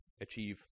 achieve